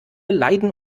leiden